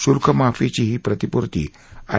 शुल्कमाफीची ही प्रतिपूर्ती आर